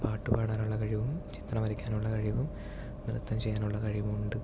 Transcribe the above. പാട്ടു പാടാനുള്ള കഴിവും ചിത്രം വരയ്ക്കാനുള്ള കഴിവും നൃത്തം ചെയ്യാനുമുള്ള കഴിവും ഉണ്ട്